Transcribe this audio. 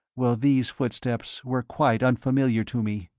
well, these footsteps were quite unfamiliar to me.